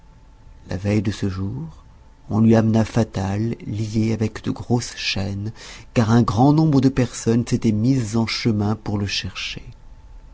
la veille de ce jour on lui amena fatal lié avec de grosses chaînes car un grand nombre de personnes s'étaient mises en chemin pour le chercher